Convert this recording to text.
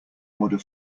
order